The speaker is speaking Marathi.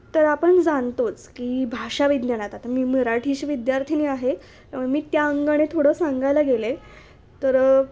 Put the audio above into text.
तर आपण जाणतोच की भाषा विज्ञानात आता मी मराठीची विद्यार्थिनी आहे त्यामुळं मी त्या अंगाने थोडं सांगायला गेले तर